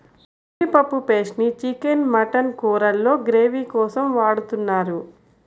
జీడిపప్పు పేస్ట్ ని chicken, mutton కూరల్లో గ్రేవీ కోసం వాడుతున్నారు